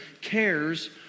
cares